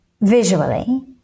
visually